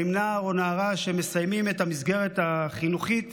האם נער או נערה שמסיימים את המסגרת החינוכית